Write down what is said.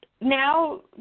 Now